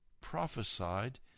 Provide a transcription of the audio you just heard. prophesied